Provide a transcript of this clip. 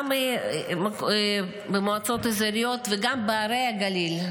גם במועצות אזוריות וגם בערי הגליל.